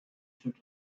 should